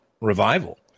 Revival